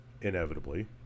inevitably